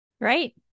Right